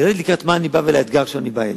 ידעתי לקראת מה אני בא ומה האתגר שאני בא אליו.